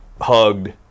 hugged